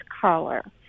color